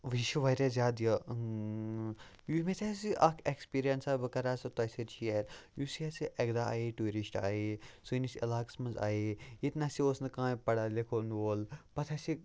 وۄنۍ یہِ چھِ واریاہ زیادٕ یہِ یہِ مےٚ تہِ ہسا چھِ اَکھ اٮ۪کٕسپیٖریَنسا بہٕ کَرہا سُہ تۄہہِ سۭتۍ شِیَر یُس یہِ ہَسا اَکہِ دۄہ آیے ٹوٗرِسٹ آیے سٲنِس علاقَس منٛز آیے ییٚتہِ ناسے اوس نہٕ کٕہیٖنۍ پڑھا لِکھَن وول پَتہٕ ہَسے